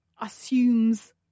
assumes